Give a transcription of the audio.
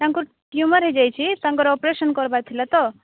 ତାଙ୍କ ଟ୍ୟୁମର୍ ହେଇଯାଇଛି ତାଙ୍କର ଅପରେସନ୍ କରିବାର ଥିଲା ତ